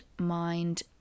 mind